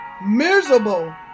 miserable